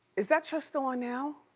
is that show still on now?